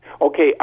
Okay